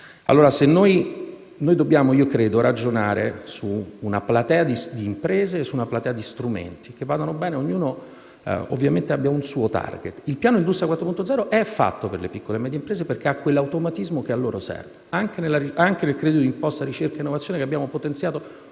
Credo che dobbiamo dunque ragionare su una platea di imprese e su una platea di strumenti, ciascuno dei quali abbia un suo *target*. Il piano Industria 4.0 è fatto per le piccole e medie imprese perché ha quell'automatismo che a loro serve, anche nel credito d'imposta per ricerca e innovazione, che abbiamo potenziato